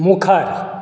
मुखार